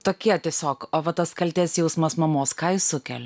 tokie tiesiog o va tas kaltės jausmas mamos ką jis sukelia